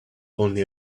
only